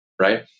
right